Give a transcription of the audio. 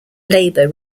labour